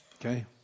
Okay